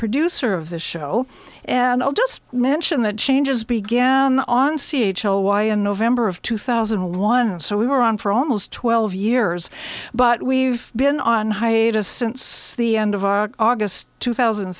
producer of the show and i'll just mention that changes began on c h l y in november of two thousand and one so we were on for almost twelve years but we've been on hiatus since the end of august two thousand and